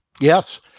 Yes